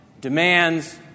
demands